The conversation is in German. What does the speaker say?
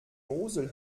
mosel